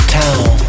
town